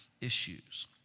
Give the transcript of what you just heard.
issues